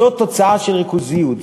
זו תוצאה של ריכוזיות,